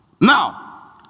Now